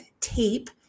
tape